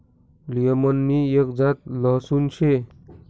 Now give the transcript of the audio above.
allium नि एक जात लहसून शे